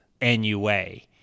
NUA